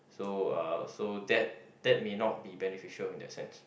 so uh so that that may not be beneficial in that sense